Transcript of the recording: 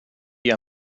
die